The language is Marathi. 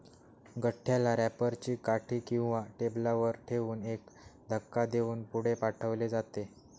गठ्ठ्याला रॅपर ची काठी किंवा टेबलावर ठेवून एक धक्का देऊन पुढे पाठवले जाते